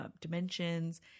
Dimensions